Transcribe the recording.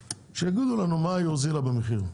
שיגידו לנו מה היא הוזילה במחיר.